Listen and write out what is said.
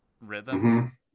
rhythm